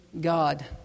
God